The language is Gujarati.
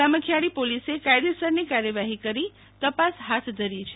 સામખોયારી પોલીસે કાયદેસરની કાર્યવાહી કરી તપાસ હાથ ધરી છે